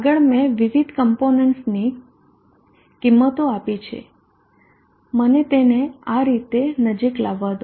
આગળ મેં વિવિધ કોમ્પોનન્ટસની કિંમતો આપી છે મને તેને આ રીતે નજીક લાવવા દો